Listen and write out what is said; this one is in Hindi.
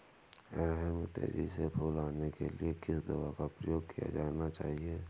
अरहर में तेजी से फूल आने के लिए किस दवा का प्रयोग किया जाना चाहिए?